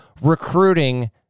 recruiting